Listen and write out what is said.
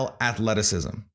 athleticism